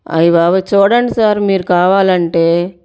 అయి బాబోయ్ చూడండి సర్ మీరు కావాలంటే